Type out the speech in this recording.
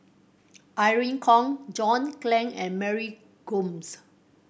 Irene Khong John Clang and Mary Gomes